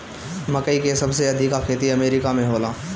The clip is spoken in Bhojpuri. मकई के सबसे अधिका खेती अमेरिका में होला